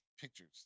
pictures